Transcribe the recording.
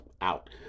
out